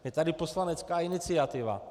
Je tady poslanecká iniciativa.